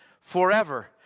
forever